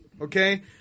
okay